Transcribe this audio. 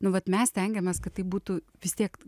nu vat mes stengiamės kad tai būtų vis tiek